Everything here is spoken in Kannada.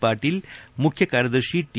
ಪಾಟೀಲ್ ಮುಖ್ಯ ಕಾರ್ಯದರ್ಶಿ ಟಿ